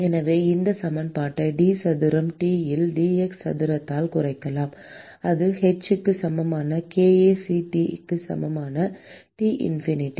எனவே இந்த சமன்பாட்டை d சதுரம் T இல் dx சதுரத்தால் குறைக்கலாம் அது h க்கு சமமான kAc T க்கு சமமான T இன்ஃபினிட்டி